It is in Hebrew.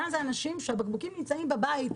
כאן אלה אנשים שהבקבוקים שלהם נמצאים בבית.